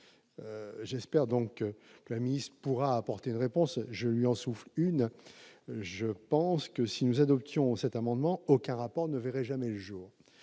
J'espère que la ministre pourra y apporter une réponse. Je lui en souffle une : je pense que si nous adoptions cet amendement, aucun rapport ne verrait jamais le jour